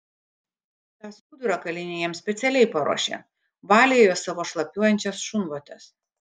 tą skudurą kaliniai jam specialiai paruošė valė juo savo šlapiuojančias šunvotes